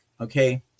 okay